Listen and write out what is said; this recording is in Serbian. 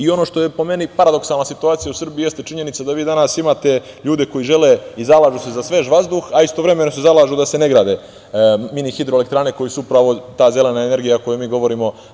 Ono što je po meni paradoksalna situacija u Srbiji, jeste činjenica da vi danas imate ljude koji žele i zalažu se za svež vazduh, a istovremeno se zalažu da se ne grade mini-hidroelektrane, koje su upravo ta zelena energija o kojoj mi govorimo.